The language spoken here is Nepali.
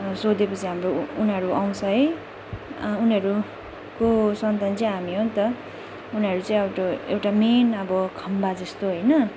सोधे पछि हाम्रो उनीहरू आउँछ है उनीहरूको सन्तान चाहिँ हामी हो नि त उनीहरू चाहिँ एउटा एउटा मेन अब खम्बा जस्तो होइन